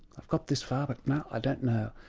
i've got this far, but no, i don't know',